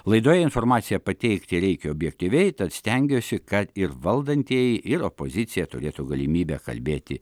laidoj informaciją pateikti reikia objektyviai tad stengiuosi kad ir valdantieji ir opozicija turėtų galimybę kalbėti